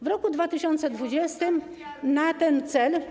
W roku 2020 na ten cel.